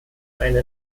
eine